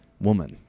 woman